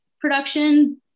production